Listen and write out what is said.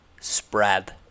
spread